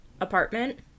apartment